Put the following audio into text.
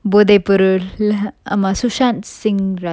போதைப்பொருள் இல்ல ஆமா:bodaipporul illa aama sushanh sing raj